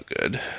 good